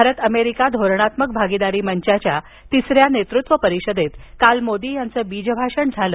Bharat America धोरणात्मक भागीदारी मंचाच्या तिसऱ्या नेतृत्व परिषदेत काल मोदी यांचं बीजभाषण झालं